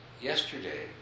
Yesterday